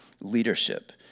leadership